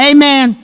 Amen